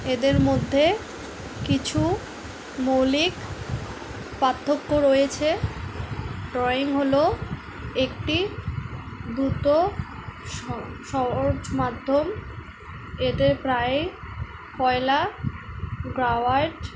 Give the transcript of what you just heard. এদের মধ্যে কিছু মৌলিক পার্থক্য রয়েছে ড্রয়িং হল একটি দ্রুতো সহজ মাধ্যম এদের প্রায়ই কয়লা গ্রাওয়ার্ড